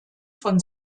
von